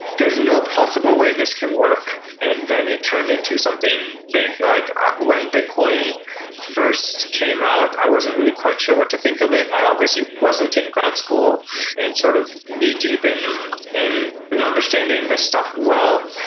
there's no possible way this can work and then it turned into something big like when bitcoin first came out, i wasn't really quite sure what to think of it. i obviously wasn't in grad school and sort of knee deep in in in understanding this stuff well.